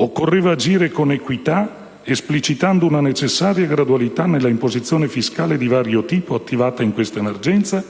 Occorreva agire con equità, esplicitando una necessaria gradualità nell'imposizione fiscale di vario tipo attivata in questa emergenza